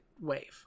wave